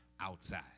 outside